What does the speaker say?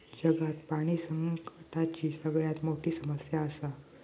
जगात पाणी संकटाची सगळ्यात मोठी समस्या आसा